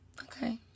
Okay